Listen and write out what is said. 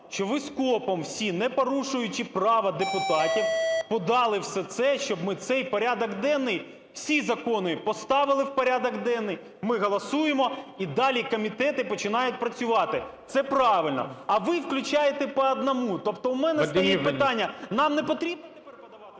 щоб ви скопом всі, не порушуючи права депутатів, подали все це, щоб ми цей порядок денний, всі закони поставили у порядок денний, ми голосуємо – і далі комітети починають працювати. Це правильно. А виключаєте по одному. Тобто у мене стоїть питання: нам не потрібно тепер подавати…